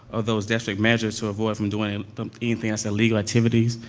those desperate measures to avoid from doing them anything else illegal activities.